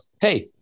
hey